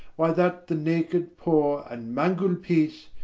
why that the naked, poore, and mangled peace,